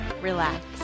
relax